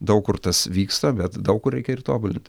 daug kur tas vyksta bet daug kur reikia ir tobulinti